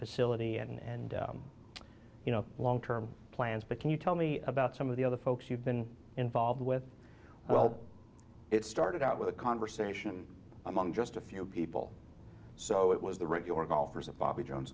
facility and you know long term plans but can you tell me about some of the other folks you've been involved with well it started out with a conversation among just a few people so it was the regular golfers at bobby jones